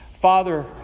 father